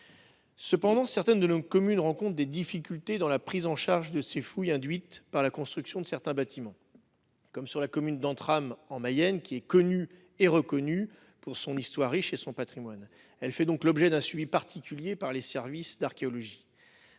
projet. Certaines de nos communes rencontrent des difficultés dans la prise en charge des fouilles induites par la construction de certains bâtiments. C'est le cas d'Entrammes, en Mayenne, reconnue pour son histoire riche et sa position stratégique. Elle fait donc l'objet d'un suivi particulier par les services d'archéologie.